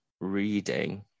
reading